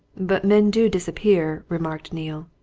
but men do disappear, remarked neale.